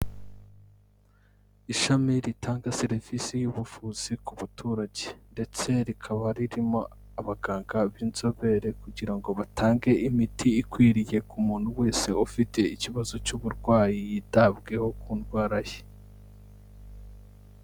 Ishami ritanga serivisi y'ubuvuzi ku baturage ndetse rikaba ririmo abaganga b'inzobere kugira ngo batange imiti ikwiriye ku muntu wese ufite ikibazo cy'uburwayi yitabweho ku ndwara ye.